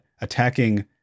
attacking